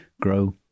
grow